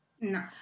No